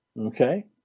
Okay